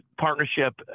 partnership